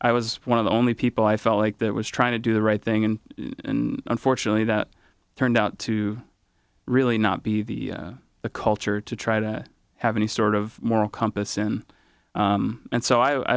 i was one of the only people i felt like that was trying to do the right thing and unfortunately that turned out to really not be the culture to try to have any sort of moral compass in and so i